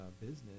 business